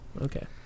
Okay